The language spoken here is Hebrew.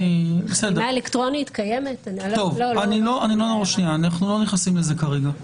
חתימה אלקטרונית קיימת --- אנחנו לא נכנסים לזה כרגע.